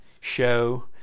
show